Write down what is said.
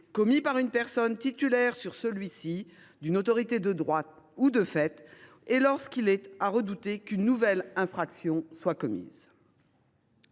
commis par une personne titulaire sur celui ci d’une autorité de droit ou de fait, et lorsqu’il est à redouter qu’une nouvelle infraction soit commise